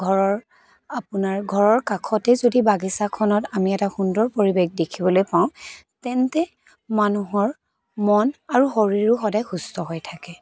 ঘৰৰ আপোনাৰ ঘৰৰ কাষতেই যদি বাগিচাখনত আমি এটা সুন্দৰ পৰিৱেশ দেখিবলৈ পাওঁ তেন্তে মানুহৰ মন আৰু শৰীৰো সদায় সুস্থ হৈ থাকে